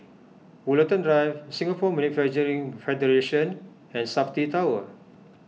Woollerton Drive Singapore Manufacturing Federation and Safti Tower